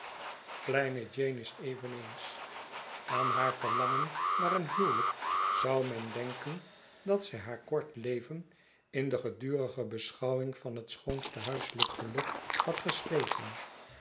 kleine jeane is eveneens aan haar verlangen naar een huwelijk zou men denken dat zij haar kort leven in de gedurige beschouwing van het schoonste huiselijk geluk had gesleten